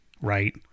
right